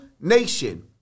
nation